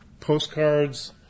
Postcards